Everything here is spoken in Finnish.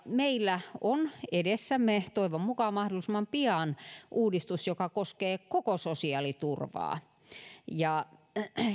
meillä on edessämme toivon mukaan mahdollisimman pian uudistus joka koskee koko sosiaaliturvaa